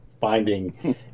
finding